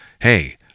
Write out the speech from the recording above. hey